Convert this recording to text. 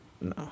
no